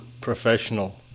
professional